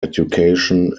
education